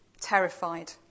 terrified